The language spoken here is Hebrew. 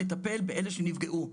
לטפל באלה שנפגעו.